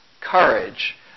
courage